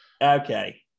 Okay